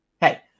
hey